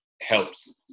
helps